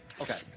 Okay